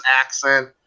accent